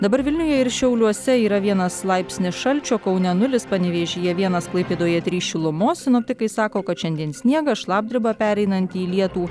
dabar vilniuje ir šiauliuose yra vienas laipsnis šalčio kaune nulis panevėžyje vienas klaipėdoje trys šilumos sinoptikai sako kad šiandien sniegas šlapdriba pereinanti į lietų